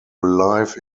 life